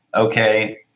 okay